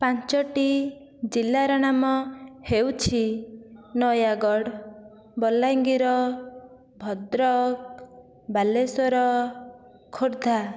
ପାଞ୍ଚୋଟି ଜିଲ୍ଲା ର ନାମ ହେଉଛି ନୟାଗଡ଼ ବଲାଙ୍ଗୀର ଭଦ୍ରକ ବାଲେଶ୍ଵର ଖୋର୍ଦ୍ଧା